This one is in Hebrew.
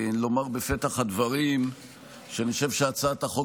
לומר בפתח הדברים שאני חושב שהצעת החוק